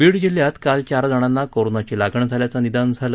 बीड जिल्ह्यात काल चार जणांना कोरोनाची लागण झाल्याचं निदान झालं